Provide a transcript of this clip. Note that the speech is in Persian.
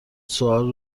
سوال